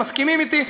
הם מסכימים אתי.